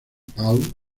paul